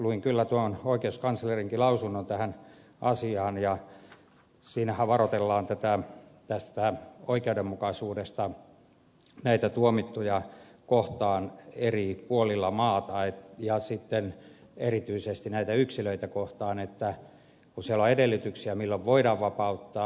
luin kyllä tuon oikeuskanslerinkin lausunnon tähän asiaan ja siinähän varoitellaan tästä epäoikeudenmukaisuudesta eri puolilla maata olevien tuomittujen välillä ja sitten erityisesti näiden yksilöiden välillä kun siellä on edellytyksiä milloin voidaan vapauttaa